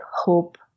hope